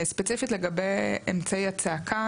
ספציפית לגבי אמצעי הצעקה,